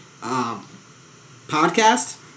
podcast